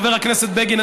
חבר הכנסת בגין,